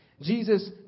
Jesus